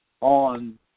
on